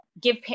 give